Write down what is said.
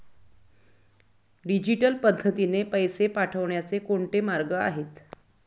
Digital पद्धतीने पैसे पाठवण्याचे कोणते मार्ग आहेत?